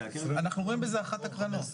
אנחנו רואים בזה אחת הקרנות.